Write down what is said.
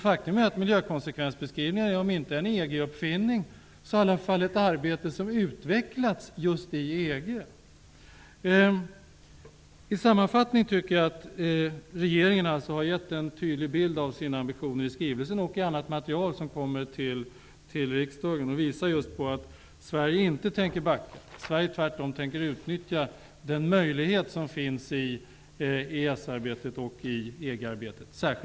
Faktum är att miljökonsekvensbeskrivningar är om inte en EG uppfinning, så i alla fall ett arbete som utvecklats just i EG. Sammanfattningsvis tycker jag att regeringen har gett en tydlig bild av sina ambitioner i skrivelsen och i annat material som kommer till riksdagen. Det visar just att Sverige inte tänker backa. Sverige tänker tvärtom utnyttja den möjlighet som finns i